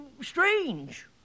strange